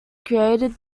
created